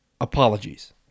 Apologies